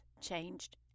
changed